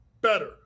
better